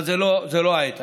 אבל זו לא העת.